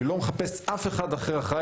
אני לא מחפש אף אחראי אחר.